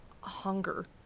hunger